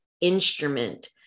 instrument